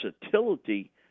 versatility